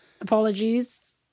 Apologies